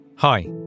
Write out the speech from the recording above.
Hi